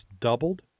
doubled